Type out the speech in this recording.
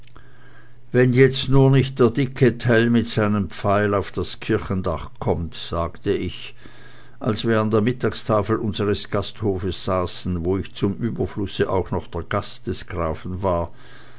wenn jetzt nur nicht der dicke tell mit seinem pfeil und das kirchendach kommt sagte ich als wir an der mittagstafel unseres gasthofes saßen wo ich zum überflusse auch noch der gast des grafen war